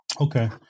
Okay